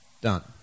done